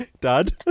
Dad